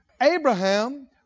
Abraham